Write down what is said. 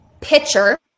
pitcher